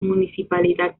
municipalidad